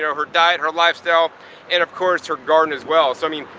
her diet, her lifestyle and of course her garden as well. so i mean,